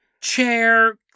chair